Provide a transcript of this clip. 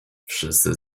wszyscy